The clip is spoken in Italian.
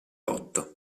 otto